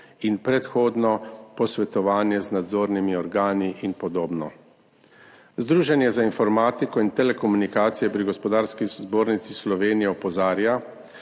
in predhodno posvetovanje z nadzornimi organi in podobno. Združenje za informatiko in telekomunikacije pri Gospodarski zbornici Slovenije opozarja,